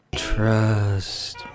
Trust